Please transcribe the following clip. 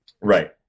Right